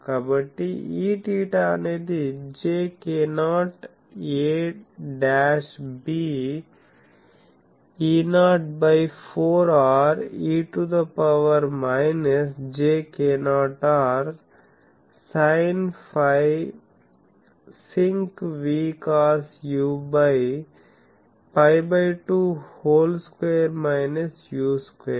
కాబట్టి Eθ అనేది jk0 a b E0 by 4r e to the power minus j k0r sine phi sinc v cos u by π by 2 whole square minus u square